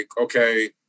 okay